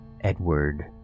Edward